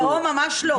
לא, ממש לא.